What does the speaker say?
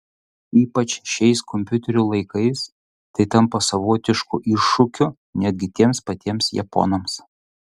ypač šiais kompiuterių laikais tai tampa savotišku iššūkiu netgi tiems patiems japonams